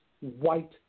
white